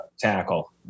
Tackle